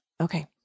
Okay